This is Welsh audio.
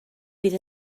fydd